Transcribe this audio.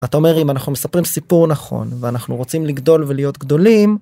אתה אומר אם אנחנו מספרים סיפור נכון ואנחנו רוצים לגדול ולהיות גדולים.